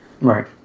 Right